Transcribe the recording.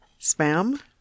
spam